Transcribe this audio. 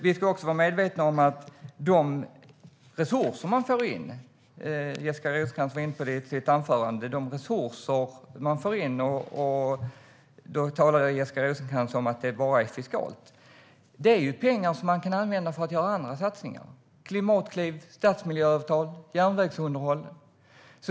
Vi ska också vara medvetna om att de resurser man får in - Jessica Rosencrantz sa i sitt anförande att det bara är fiskalt - är pengar som man kan använda för att göra andra satsningar, till exempel på Klimatklivet, stadsmiljöavtal och järnvägsunderhåll.